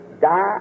die